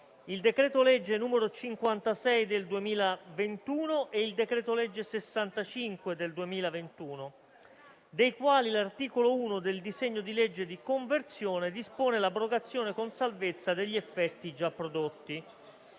il decreto-legge n. 56 del 2021 e il decreto-legge n. 65 del 2021, dei quali l'articolo 1 del disegno di legge di conversione dispone l'abrogazione con salvezza degli effetti già prodotti.